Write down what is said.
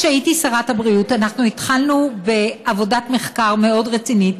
כשהייתי שרת הבריאות אנחנו התחלנו בעבודת מחקר מאוד רצינית,